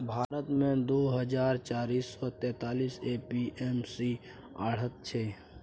भारत मे दु हजार चारि सय सैंतालीस ए.पी.एम.सी आढ़त छै